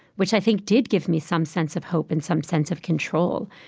which i think did give me some sense of hope and some sense of control.